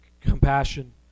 compassion